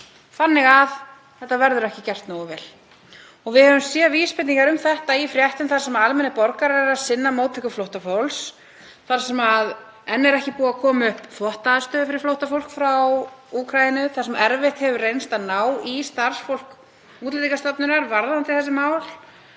þannig að þetta verði ekki gert nógu vel. Við höfum séð vísbendingar um þetta í fréttum þar sem almennir borgarar eru að sinna móttöku flóttafólks þar sem enn er ekki búið að koma upp þvottaaðstöðu fyrir flóttafólk frá Úkraínu þar sem erfitt hefur reynst að ná í starfsfólk Útlendingastofnunar varðandi þessi mál